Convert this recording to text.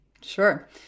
Sure